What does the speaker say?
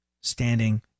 standing